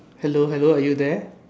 hello hello are you there